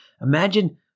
Imagine